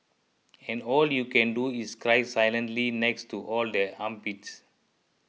and all you can do is cry silently next to all the armpits